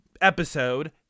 episode